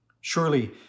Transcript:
Surely